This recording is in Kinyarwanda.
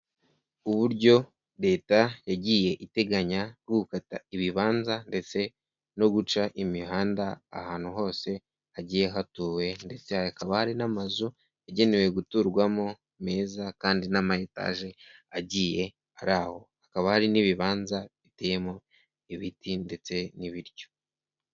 Uburyo Leta yagiye iteganya gukata ibibanza ndetse no guca imihanda ahantu hose hagiye hatuwe ndetse hakaba hari n'amazu yagenewe guturwamo meza kandi n'amatage agiye ari aho, hakaba hari n'ibibanza biteyemo ibiti ndetse n'ibiryo.